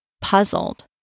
puzzled